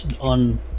on